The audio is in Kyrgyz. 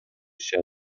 иши